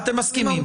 אתם מסכימים.